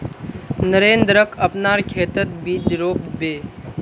नरेंद्रक अपनार खेतत बीज रोप बे